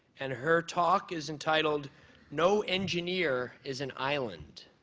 and her talk is entitled no engineer is an island.